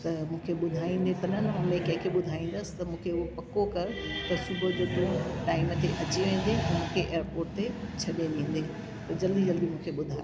त मूंखे ॿुधाईंदे त न ॿे कंहिंखे ॿुधाईंदसि त मूंखे उहो पको कर त सुबुहु जो तू टाइम ते अची वेंदे ऐं मूंखे एयरपोट ते छॾे ॾींदे त जल्दी जल्दी मूंखे ॿुधाए